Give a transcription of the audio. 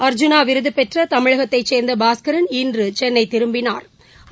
அர்ஜூனா விருதுபெற்ற தமிழகத்தைச் சேர்ந்த பாஸ்கரன் இன்று சென்னை திரும்பினாா்